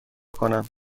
کنم